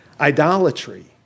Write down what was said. idolatry